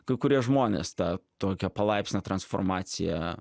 kai kurie žmonės tą tokią palaipsnę transformaciją